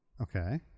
Okay